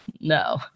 no